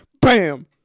BAM